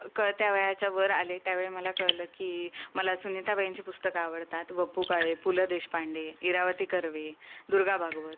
कळत्या वयाच्या वर आले त्यावेळी मला कळलं की मला सुनिताबाईंची पुस्तकं आवडतात वपु काळे पु ल देशपांडे इरावती कर्वे दुर्गा भागवत